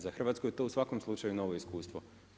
Za Hrvatsku je to u svakom slučaju novo iskustvo.